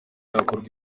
hakorwa